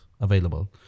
available